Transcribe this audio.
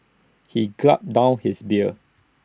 he gulped down his beer